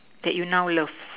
that you now love